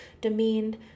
demeaned